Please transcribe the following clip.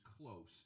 close